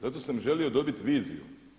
Zato sam želio dobiti viziju.